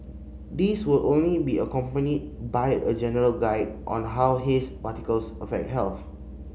these will only be accompanied by a general guide on how haze particles affect health